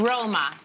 Roma